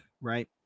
Right